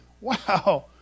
Wow